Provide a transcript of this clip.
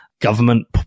Government